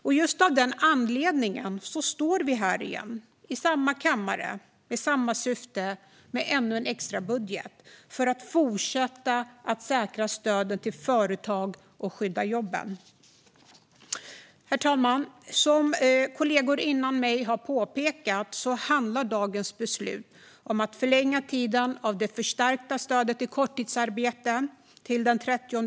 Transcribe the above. Av just den anledningen, för att fortsätta att säkra stödet till företag och skydda jobben, står vi här igen i samma kammare och med samma syfte med ännu en extra ändringsbudget. Herr talman! Som kollegor före mig har påpekat handlar detta om att förlänga tiden för det förstärkta stödet vid korttidsarbete till den 30 juni.